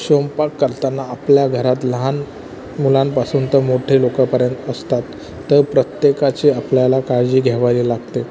स्वयंपाक करताना आपल्या घरात लहान मुलांपासून तर मोठे लोकापर्यंत असतात तर प्रत्येकाची आपल्याला काळजी घ्यावी लागते